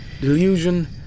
Delusion